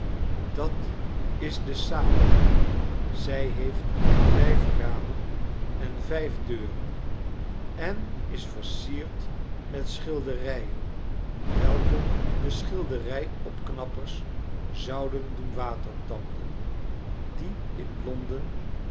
dat is de sala zij heeft vijf ramen en vijf deuren en is versierd met schilderijen welke de schilderij opknappers zouden doen watertanden die in